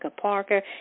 Parker